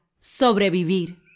sobrevivir